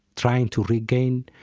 trying to regain.